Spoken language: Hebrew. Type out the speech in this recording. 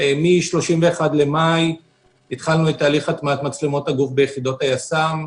מ-31 במאי התחלנו את תהליך הטמעת מצלמות הגוף ביחידות היס"מ.